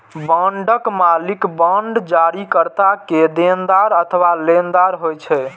बांडक मालिक बांड जारीकर्ता के देनदार अथवा लेनदार होइ छै